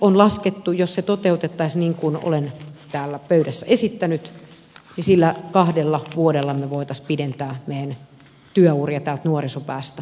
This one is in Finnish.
on laskettu että jos se toteutettaisiin niin kuin olen täällä pöydässä esittänyt sillä kahdella vuodella me voisimme pidentää meidän työuria täältä nuorisopäästä